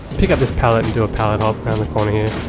pick up this pallet and do a pallet hop around the corner here.